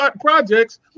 projects